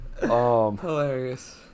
Hilarious